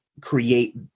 create